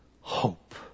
hope